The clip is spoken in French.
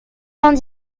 vingt